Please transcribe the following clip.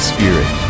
Spirit